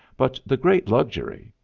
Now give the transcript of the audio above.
but the great luxury,